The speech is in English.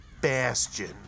Bastion